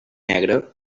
negre